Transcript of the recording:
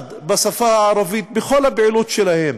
ממוסד בשפה הערבית בכל הפעילות שלהם,